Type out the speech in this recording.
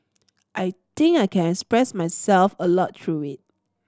I think I can express myself a lot through it